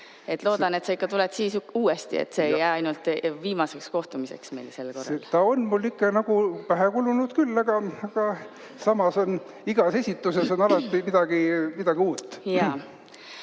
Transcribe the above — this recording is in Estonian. Loodan, et sa ikka tuled siis uuesti ja et see ei jää viimaseks kohtumiseks meil sel korral. Eks ta on mul ikka nagu pähe kulunud küll, aga samas on igas esituses alati midagi uut.